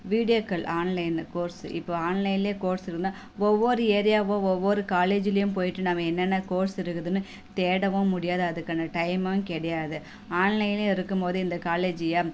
வீடியோக்கள் ஆன்லைனில் கோர்ஸ் இப்போ ஆன்லைன்லே கோர்ஸ் இருந்தால் ஒவ்வொரு ஏரியாவும் ஒவ்வொரு காலேஜ்லேயும் போயிட்டு நம்ம என்னென்ன கோர்ஸ் இருக்குதுன்னு தேடவும் முடியாது அதுக்கான டைம்மும் கிடையாது ஆன்லைன்னு இருக்கும் போது இந்த காலேஜிய